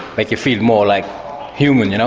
make you feel more like human, you know